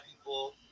people